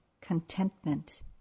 contentment